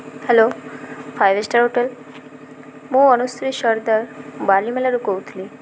hello five star hotel ମୁଁ ଅନୁଶ୍ରୀ ସର୍ଦାର୍ ବାଲିମେଲାରୁ କହୁଥିଲି